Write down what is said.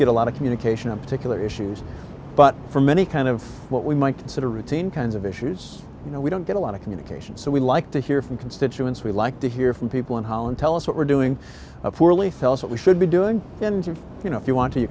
get a lot of communication a particular issues but for many kind of what we might consider routine kinds of issues you know we don't get a lot of communication so we'd like to hear from constituents we'd like to hear from people in holland tell us what we're doing poorly fellas what we should be doing and you know if you want to you